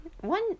One